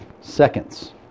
seconds